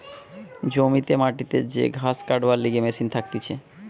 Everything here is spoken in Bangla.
জমিতে মাটিতে যে ঘাস কাটবার লিগে মেশিন থাকতিছে